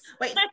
Wait